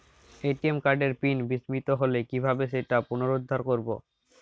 ATM কার্ডের pin বিস্মৃত হলে কীভাবে সেটা পুনরূদ্ধার করব?